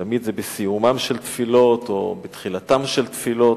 תמיד זה בסיומן של תפילות או בתחילתן של תפילות.